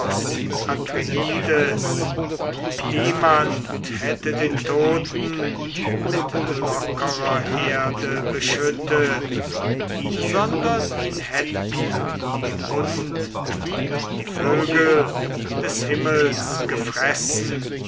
niemand hätte den toten mit lockerer erde beschüttet sondern ihn hätten die hund und die vögel des himmels gefressen